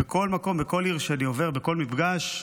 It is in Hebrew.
בכל מקום, בכל עיר שאני עובר, בכל מפגש,